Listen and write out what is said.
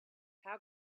how